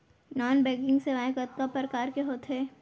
non banking सेवाएं कतका प्रकार के होथे